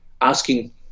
asking